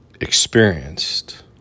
experienced